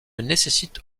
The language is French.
nécessite